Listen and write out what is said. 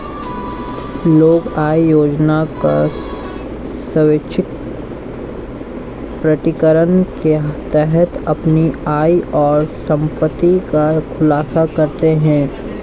लोग आय योजना का स्वैच्छिक प्रकटीकरण के तहत अपनी आय और संपत्ति का खुलासा करते है